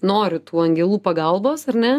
noriu tų angelų pagalbos ar ne